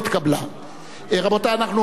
רבותי, אנחנו עוברים להצבעה האחרונה.